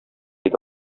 иде